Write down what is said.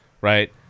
right